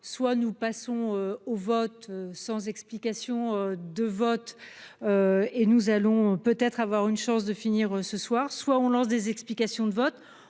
soit nous passons au vote sans explication de vote et nous allons peut-être avoir une chance de finir ce soir, soit on lance des explications de vote,